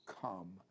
come